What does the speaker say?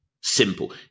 simple